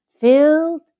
Filled